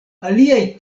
aliaj